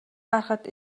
гарахад